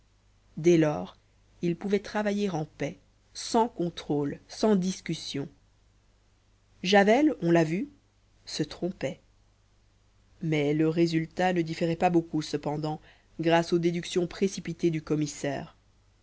dès lors il pouvait travailler en paix sans contrôle sans discussion javel on l'a vu se trompait mais le résultat ne différait pas beaucoup cependant grâce aux déductions précipitées du commissaire